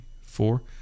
four